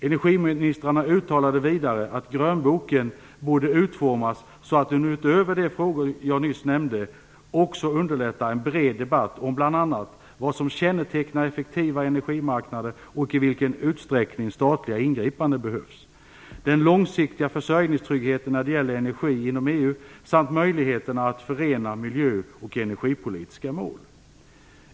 Energiministrarna uttalade vidare att grönboken borde utformas så att den utöver de frågor jag nyss nämnde också underlättar en bred debatt om bl.a. följande: vad som kännetecknar effektiva energimarknader och i vilken utsträckning statliga ingripanden behövs, den långsiktiga försörjningstryggheten när det gäller energi inom EU samt möjligheterna att förena miljö och energipolitiska mål.